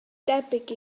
debyg